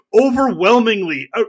overwhelmingly